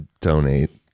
donate